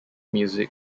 music